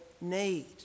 need